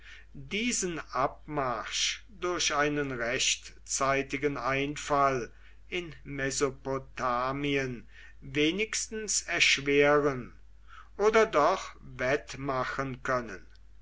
diesen abmarsch durch einen rechtzeitigen einfall in mesopotamien wenigstens erschweren oder doch wettmachen können